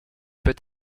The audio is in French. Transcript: peut